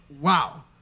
Wow